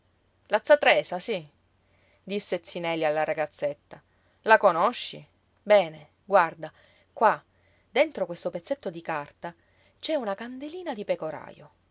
z tresa sí disse zi neli alla ragazzetta la conosci bene guarda qua dentro questo pezzetto di carta c'è una candelina di pecorajo bada